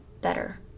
better